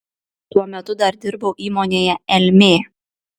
tuo metu dar dirbau įmonėje elmė